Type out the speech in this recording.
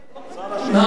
הצבעה.